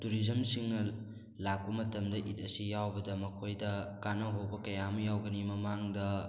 ꯇꯨꯔꯤꯖꯝꯁꯤꯡꯅ ꯂꯥꯛꯄ ꯃꯇꯝꯗ ꯏꯗ ꯑꯁꯤ ꯌꯥꯎꯕꯗ ꯑꯩꯈꯣꯏꯗ ꯀꯥꯟꯅ ꯍꯧꯕ ꯃꯌꯥꯝ ꯑꯃ ꯌꯥꯎꯒꯅꯤ ꯃꯃꯥꯡꯗ